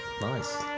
Nice